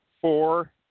Four